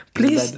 Please